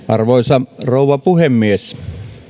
arvoisa rouva puhemies